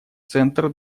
центр